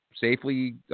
safely